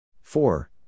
Four